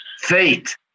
fate